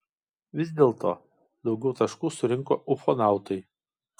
vis dėlto daugiau taškų surinko ufonautai